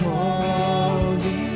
Holy